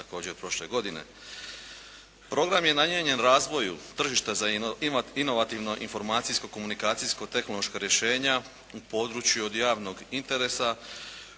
također prošle godine. Program je namijenjen razvoju tržišta na inovativno informacijsko komunikacijsko tehnološka rješenja u području od javnog interesa